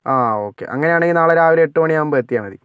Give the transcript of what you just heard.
ആ ഓകെ അങ്ങനെയാണെങ്കിൽ നാളെ രാവിലെ എട്ടുമണിയാവുമ്പോൾ എത്തിയാൽ മതി